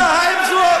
מתחילים מהשאלה האם זו,